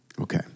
Okay